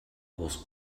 was